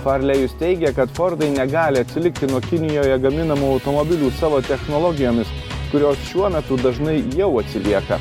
farlėjus teigė kad fordai negali atsilikti nuo kinijoje gaminamų automobilių savo technologijomis kurios šiuo metu dažnai jau atsilieka